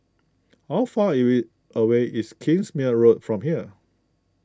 how far away is Kingsmead Road from here